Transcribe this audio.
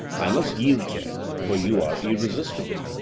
i must yield to you, for you are irresistible.